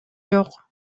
жок